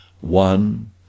One